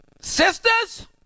sisters